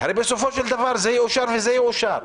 הרי בסופו של דבר זה יאושר וזה יאושר,